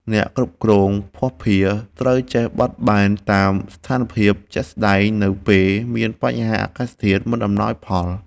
អ្នកគ្រប់គ្រងភស្តុភារត្រូវចេះបត់បែនតាមស្ថានភាពជាក់ស្តែងនៅពេលមានបញ្ហាអាកាសធាតុមិនអំណោយផល។